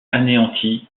anéantie